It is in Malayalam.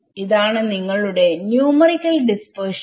ഇതാണ് നിങ്ങളുടെ ന്യൂമറിക്കൽ ഡിസ്പെർഷൻ